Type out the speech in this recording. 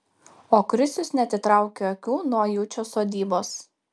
o krisius neatitraukia akių nuo ajučio sodybos